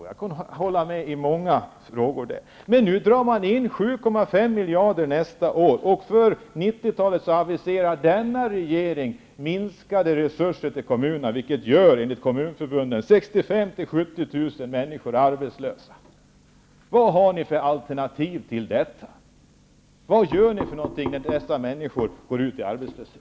Jag kan hålla med i många frågor. Nu drar man emellertid in 7,5 miljarder kronor för nästa års planering, och för 90-talet i övrigt aviserar denna regering minskade resurser för kommunerna, vilket enligt Kommunförbundet gör att 65 000 till 70 000 människor blir arbetslösa. Vad har ni för alternativ till detta? Vad gör ni när dessa människor går ut i arbetslöshet?